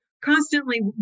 constantly